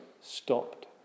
Stopped